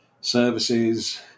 services